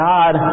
God